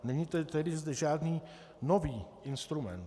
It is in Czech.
Není to tedy zde žádný nový instrument.